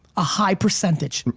a high percentage. and